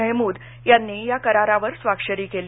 मेहमूद यांनी या करारांवर स्वाक्षरी केली